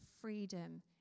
freedom